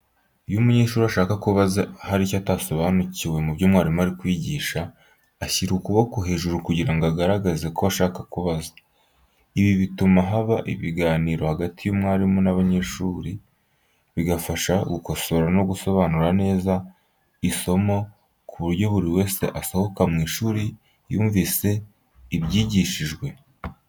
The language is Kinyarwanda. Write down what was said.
Iyo umunyeshuri ashaka kubaza hari icyo atasobanukiwe mubyo mwarimu ari kwigisha, ashyira ukuboko hejuru kugira ngo agaragaze ko ashaka kubaza. Ibi bituma haba ibiganiro hagati y'umwarimu n'abanyeshuri, bigafasha gukosora no gusobanura neza isomo ku buryo buri wese asohoka mu ishuri yumvise ibyigishijwe.